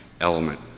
element